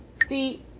See